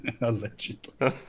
Allegedly